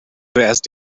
zuerst